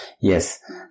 Yes